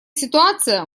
ситуация